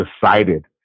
decided